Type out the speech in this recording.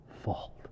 fault